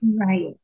Right